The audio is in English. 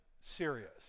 serious